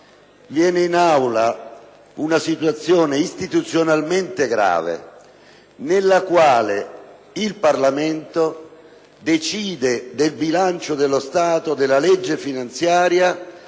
piuttosto, una situazione istituzionalmente grave, nella quale il Parlamento decide del bilancio dello Stato e della legge finanziaria